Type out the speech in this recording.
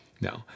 No